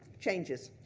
changes,